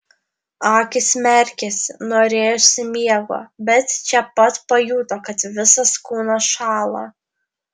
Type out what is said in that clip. akys merkėsi norėjosi miego bet čia pat pajuto kad visas kūnas šąla